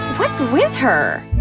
what's with her?